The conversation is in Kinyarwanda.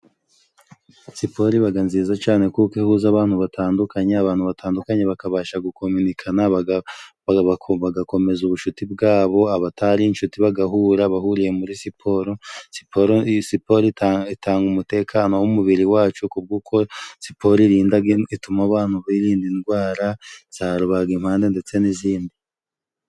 Siporo ibaga nziza cane kuko ihuza abantu batandukanye. Abantu batandukanye bakabasha gukominikana, baga baku bagakomeza ubucuti bwabo, abatari inshuti bagahura bahuriye muri siporo. Siporo i siporo ita itanga umutekano w'umubiri wacu, ku bw'uko siporo ituma abantu birinda indwara, za rubagimpande ndetse n'izindi.